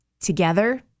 Together